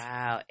Wow